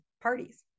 Parties